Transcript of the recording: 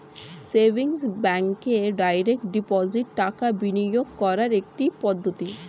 savings ব্যাঙ্কে direct deposit টাকা বিনিয়োগ করার একটি পদ্ধতি